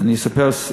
אני אספר,